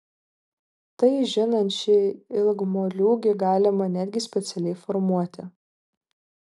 tai žinant šį ilgmoliūgį galima netgi specialiai formuoti